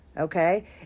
okay